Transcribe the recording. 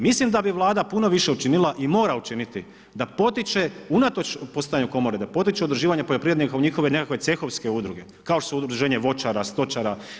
Mislim da bi Vlada puno više učinila i mora učiniti da potiče unatoč postojanju komore, da potiče udruživanje poljoprivrednika u njihove nekakve cehovske udruge kao što su udruženje voćara, stočara.